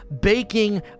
baking